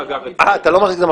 אתה לא מכניס למאגר,